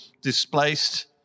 displaced